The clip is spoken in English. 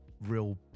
real